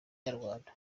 nyarwanda